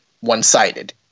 one-sided